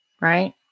right